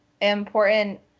important